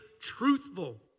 truthful